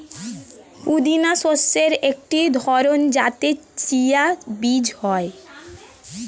পুদিনা শস্যের একটি ধরন যাতে চিয়া বীজ হয়